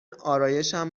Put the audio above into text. آرایشم